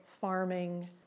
farming